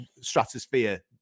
stratosphere